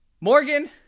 Morgan